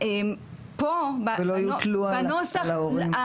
ולא יוטלו על ההורים.